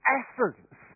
essence